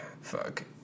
Fuck